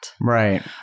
Right